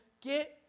get